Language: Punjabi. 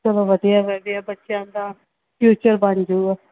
ਚਲੋ ਵਧੀਆ ਵਧੀਆ ਬੱਚਿਆਂ ਦਾ ਫਿਊਚਰ ਬਣ ਜੁਗਾ